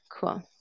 cool